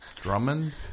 Drummond